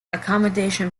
accommodation